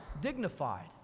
dignified